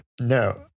No